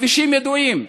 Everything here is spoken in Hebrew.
הכבישים ידועים,